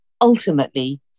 ultimately